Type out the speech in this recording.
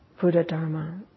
Buddha-dharma